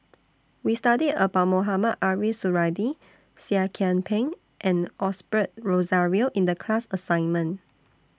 We studied about Mohamed Ariff Suradi Seah Kian Peng and Osbert Rozario in The class assignment